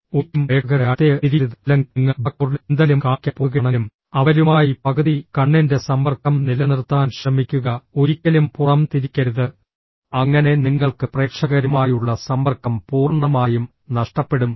ഒരിക്കലും പ്രേക്ഷകരുടെ അടുത്തേക്ക് തിരിയരുത് അല്ലെങ്കിൽ നിങ്ങൾ ബ്ലാക്ക്ബോർഡിൽ എന്തെങ്കിലും കാണിക്കാൻ പോകുകയാണെങ്കിലും അവരുമായി പകുതി കണ്ണിന്റെ സമ്പർക്കം നിലനിർത്താൻ ശ്രമിക്കുക ഒരിക്കലും പുറം തിരിക്കരുത് അങ്ങനെ നിങ്ങൾക്ക് പ്രേക്ഷകരുമായുള്ള സമ്പർക്കം പൂർണ്ണമായും നഷ്ടപ്പെടും